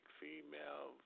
female